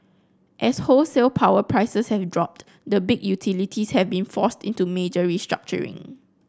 as wholesale power prices have dropped the big utilities have been forced into major restructuring